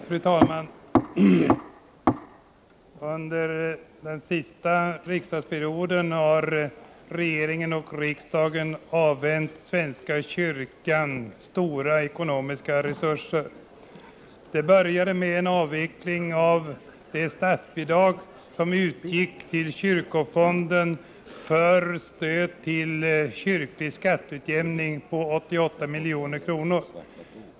Fru talman! Under den senaste riksdagsperioden har regeringen och riksdagen frånhänt svenska kyrkan stora ekonomiska resurser. Det började med en avveckling av det statsbidrag som utgick till kyrkofonden för stöd till Nr 166 en kyrklig skatteutjämning på 88 milj.kr.